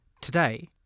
Today